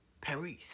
Paris